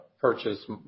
purchase